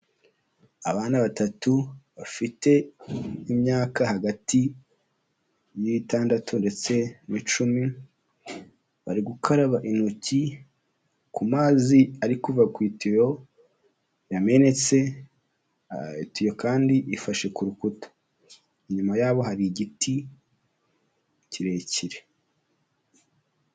Abana batatu, bafite imyaka hagati y'itandatu ndetse n'icumi, bari gukaraba intoki ku mazi ari kuva ku itiro yamenetse, itiyo kandi ifashe ku rukuta. Inyuma yaho hari igiti kirekire.